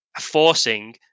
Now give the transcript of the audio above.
forcing